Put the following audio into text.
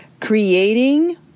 creating